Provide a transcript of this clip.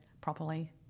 properly